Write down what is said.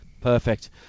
Perfect